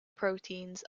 proteins